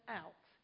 out